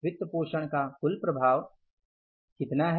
वित्तपोषण का कुल प्रभाव वित्तपोषण का कुल प्रभाव कितना है